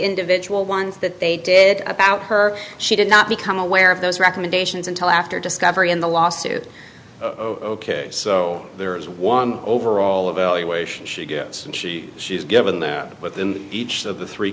individual ones that they did about her she did not become aware of those recommendations until after discovery in the lawsuit so there is one overall evaluation she gets and she she's given there within each of the three